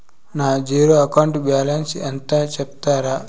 నా zero account balance ఎంతో సెప్తారా?